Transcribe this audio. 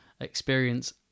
experience